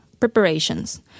Preparations